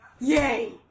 Yay